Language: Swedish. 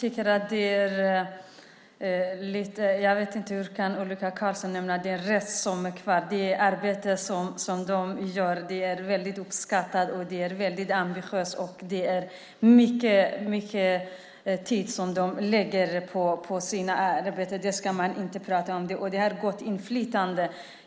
Fru talman! Hur kan Ulrika Carlsson tala om den rest som är kvar? Det arbete som de gör är väldigt uppskattat och ambitiöst. Det är mycket tid som de lägger på sitt arbete. Och de har gott inflytande.